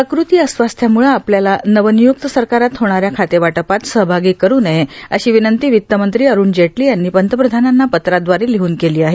प्रकृती अस्वास्थामुळं आपल्याला नवनियुक्त सरकारात होणाऱ्या खातेवाटपात सहभागी करू नये अशी विनंती वित्तमंत्री अरून जेटली यांनी पंतप्रधानांना पत्राद्वारे लिहन केली आहे